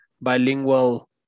bilingual